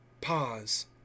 PAUSE